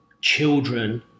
children